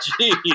jeez